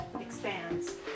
expands